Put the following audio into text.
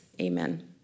amen